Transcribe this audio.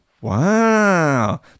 Wow